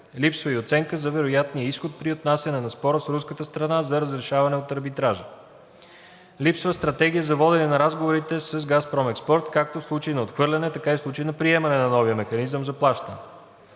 Липсва и оценка за вероятния изход при отнасяне на спора с руската страна за разрешаване от арбитража; - Липсва стратегия за водене на разговорите с ООО „Газпром Експорт“ както в случай на отхвърляне, така и в случай на приемане на новия механизъм на плащане.